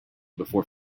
before